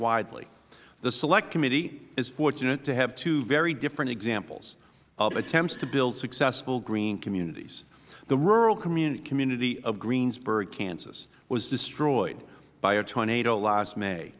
widely the select committee is fortunate to have two very different examples of attempts to build successful green communities the rural community of greensburg kansas was destroyed by a tornado last may